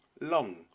long